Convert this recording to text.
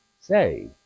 say